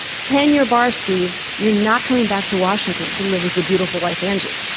ten-year bar, steve. you're not coming back to washington to live with your beautiful wife, angie.